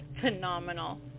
phenomenal